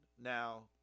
now